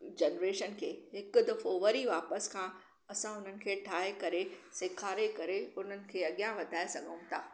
generation खे हिकु दफ़ो वरी वापसि खां असां हुननि खे ठाहे करे सेखारे करे हुननि खे अॻियां वधाए सघऊं था